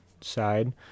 side